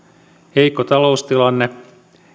heikko taloustilanne